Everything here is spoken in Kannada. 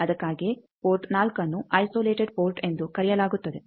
ಅದಕ್ಕಾಗಿಯೇ ಪೋರ್ಟ್ 4ಅನ್ನು ಐಸೋಲೇಟೆಡ್ ಪೋರ್ಟ್ ಎಂದು ಕರೆಯಲಾಗುತ್ತದೆ